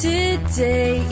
Today